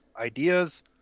ideas